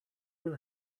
will